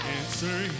answer